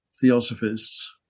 theosophists